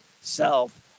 self